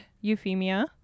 Euphemia